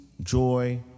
joy